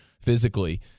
physically